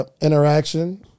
interaction